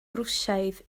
rwsiaidd